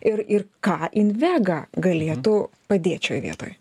ir ir ką invega galėtų padėt šioj vietoj